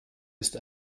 ist